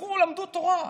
שנרצחו למדו תורה.